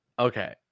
Okay